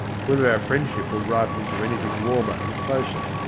whether our friendship will ripen into anything warmer and closer,